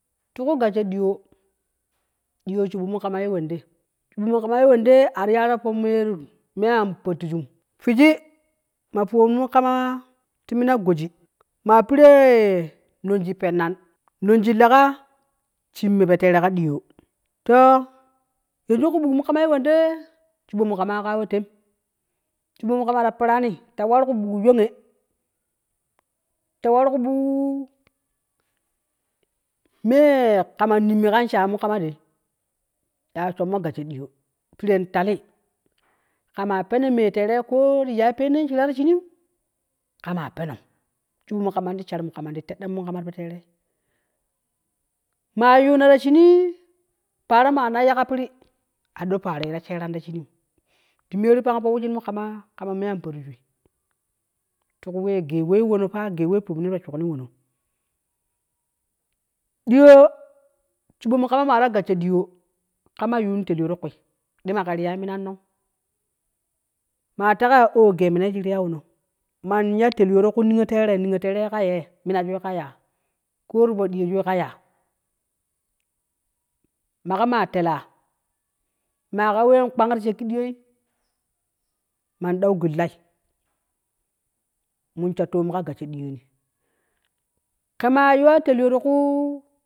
Ti ku gasho diyo, diyo shebo mu kama ye wende, shebo mu kama ye wende a ti yaro fo me an paliju ma fowon kamati mina joji ma pere pene nonj lega shen me to tere ka diyo to yeniu ku buk mu kama ye wende shebo mu kama ka no team shebo mu kama ta pere ni tawar ku buk yohen ta war ku buk me kama nemme kan shayum ya shonmo gasho diyo pere tal, kamai peno me tere ko ti ya. Pena shere ta shine kamai pend sebamu kama ti shar mu kama ti teɗon mu kama ti tai, ma yuna ta shene ma wannan ɗon we ta tea a ni paroo ye ka pere dige meru pa fo wejen mu kama ti ku we gei weeye wono pa, gei we panu ye ta shukno diyo shebo mu kama ma ta gasho di yo kama yu telyo ti ku ma ke reya minan no ma te ka ya oh gei mina ye ni reyo won man ya tefto ti ku niyo tere ma niyo kere ka ya mena te ko ya kofo diyooju ka ya ma ke ma tela ma ka wen kpang ti sheke diyo man dau gun laye, mo sha tomo ka gasho diyo, ke ma yuwa telyo.